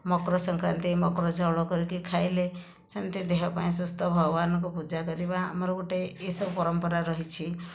ମକର ସଂକ୍ରାନ୍ତି ମକର ଚାଉଳ କରିକି ଖାଇଲେ ସେମିତି ଦେହ ପାଇଁ ସୁସ୍ଥ ଭଗବାନଙ୍କୁ ପୂଜା କରିବା ଆମର ଗୋଟିଏ ଏହି ସବୁ ପରମ୍ପରା ରହିଛି